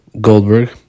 Goldberg